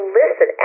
listen